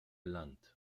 land